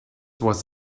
was